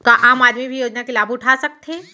का आम आदमी भी योजना के लाभ उठा सकथे?